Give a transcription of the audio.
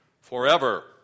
forever